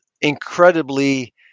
incredibly